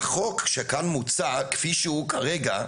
החוק שמוצע כאן, כפי שהוא כרגע,